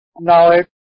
knowledge